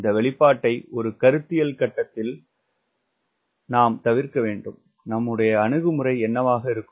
இந்த வெளிப்பாட்டை ஒரு கருத்தியல் கட்டத்தில் நாம் தவிர்க்க வேண்டும் நம்முடைய அணுகுமுறை என்னவாக இருக்கும்